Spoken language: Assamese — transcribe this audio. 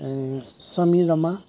স্বামী ৰমা